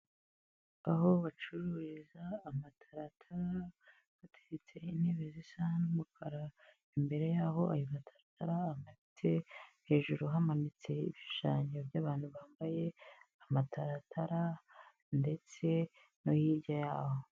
Aho bacururiza amataratara hateretse intebe zisa n'umukara, imbere y'aho ayo mataratara amanitse, hejuru hamanitse ibishushanyo by'abantu bambaye amataratara ndetse no hirya yaho.